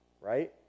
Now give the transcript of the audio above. right